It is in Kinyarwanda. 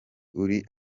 uri